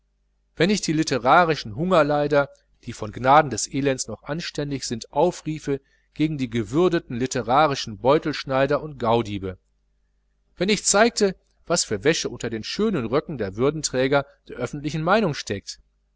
wenn ich die litterarischen hungerleider die von gnaden des elends noch anständig sind aufriefe gegen die gewürdeten litterarischen beutelschneider und gaudiebe wenn ich zeigte was für wäsche unter den schönen röcken der würdenträger der öffentlichen meinung steckt